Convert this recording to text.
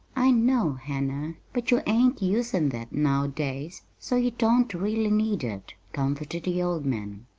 i know, hannah, but you ain't usin' that nowadays, so you don't really need it, comforted the old man.